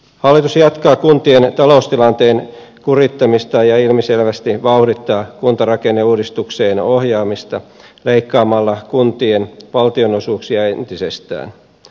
hallitus jatkaa kuntien taloustilanteen kurittamista ja ilmiselvästi vauhdittaa kuntarakenneuudistukseen ohjaamista leikkaamalla kuntien valtionosuuksia entisestään